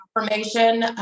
information